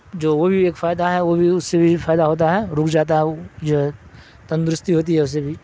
جو وہ بھی ایک فائدہ ہے وہ بھی اس سے بھی فائدہ ہوتا ہے رک جاتا ہے وہ جو ہے تندرستی ہوتی ہے اسے بھی